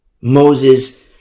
Moses